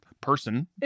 person